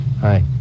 Hi